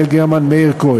יש עתיד, יעל גרמן, מאיר כהן,